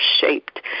shaped